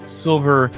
silver